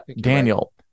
Daniel